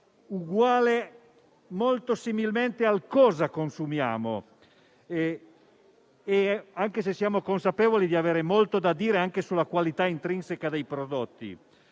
altrettanto importanti del cosa consumiamo, anche se siamo consapevoli di avere molto da dire anche sulla qualità intrinseca dei prodotti.